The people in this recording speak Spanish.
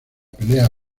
pelea